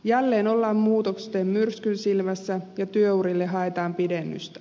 jälleen ollaan muutosten myrskyn silmässä ja työurille haetaan pidennystä